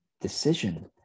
decision